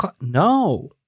No